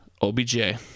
obj